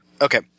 okay